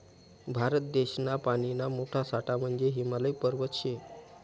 भारत देशना पानीना मोठा साठा म्हंजे हिमालय पर्वत शे